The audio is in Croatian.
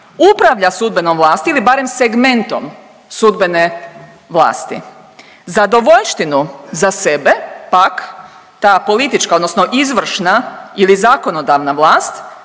upravlja sudbenom vlasti ili barem segmentom sudbene vlasti. Zadovoljštinu za sebe pak ta politička odnosno izvršna ili zakonodavna vlast